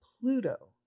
pluto